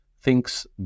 thinks